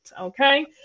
okay